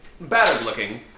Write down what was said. battered-looking